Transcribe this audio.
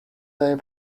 their